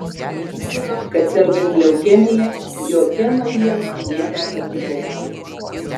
ji žino kad sergant leukemija jokia naujiena nėra pati geriausia